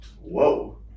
Whoa